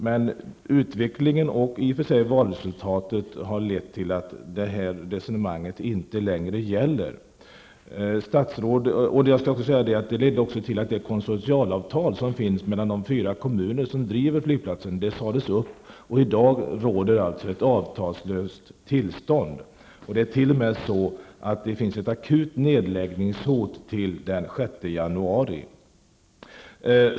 Men utvecklingen och valresultatet har lett till att det resonemanget inte längre gäller. Konsensualavtalet mellan de fyra kommuner som driver flygplatsen har sagts upp. I dag råder ett avtalslöst tillstånd. Det finns ett akut nedläggningshot till den 6 januari.